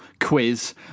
quiz